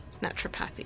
naturopathy